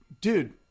dude